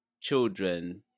children